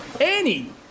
Annie